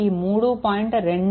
ఈ 3